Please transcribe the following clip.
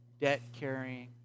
debt-carrying